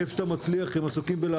איפה שאתה מצליח הוא עסוק בלהרוג אותך.